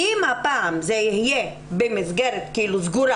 אם הפעם זה יהיה במסגרת סגורה,